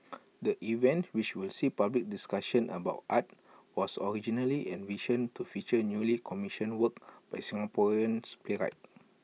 the event which will see public discussions about art was originally envisioned to feature newly commissioned works by Singaporeans playwrights